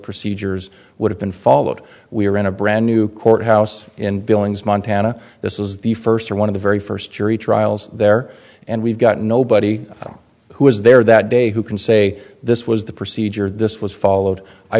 procedures would have been followed we are in a brand new courthouse in billings montana this is the first or one of the very first jury trials there and we've got nobody who was there that day who can say this was the procedure this was followed i